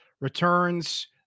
returns